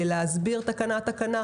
להסביר תקנה-תקנה.